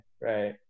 right